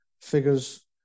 figures